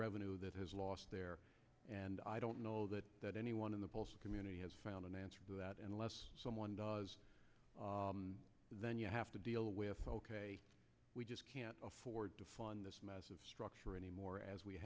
revenue that has lost there and i don't know that that anyone in the community has found an answer that unless someone does then you have to deal with we just can't afford to fund this massive structure anymore as we